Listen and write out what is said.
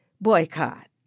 boycott